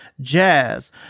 jazz